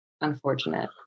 unfortunate